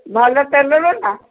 ଭଲ ତେଲର ନା